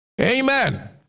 Amen